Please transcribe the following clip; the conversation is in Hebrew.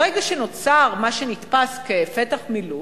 ברגע שנוצר מה שנתפס כפתח מילוט,